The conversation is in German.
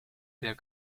der